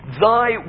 Thy